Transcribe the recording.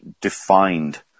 defined